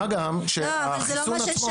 מה גם, שהחיסון עצמו --- זה לא מה ששאלתי.